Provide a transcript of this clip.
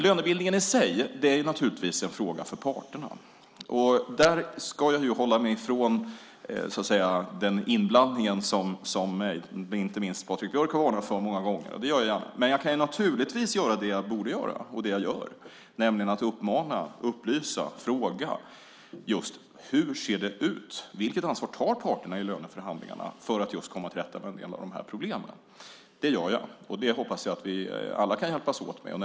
Lönebildningen är naturligtvis en fråga för parterna. Jag ska hålla mig ifrån den inblandning som inte minst Patrik Björck har varnat för många gånger. Det gör jag gärna. Jag kan naturligtvis göra det jag borde göra och det jag gör, nämligen uppmana, upplysa och fråga: Hur ser det ut? Vilket ansvar tar parterna i löneförhandlingarna för att komma till rätta med en del av de här problemen? Det gör jag. Jag hoppas att vi alla kan hjälpas åt med det.